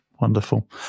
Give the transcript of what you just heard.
Wonderful